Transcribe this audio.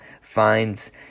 finds